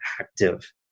active